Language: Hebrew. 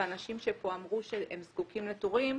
ואנשים שפה אמרו שהם זקוקים לתורים,